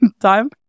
time